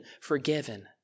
forgiven